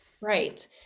right